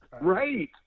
Right